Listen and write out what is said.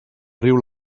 riu